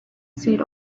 seed